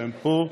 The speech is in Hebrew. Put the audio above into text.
שהם פה,